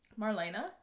Marlena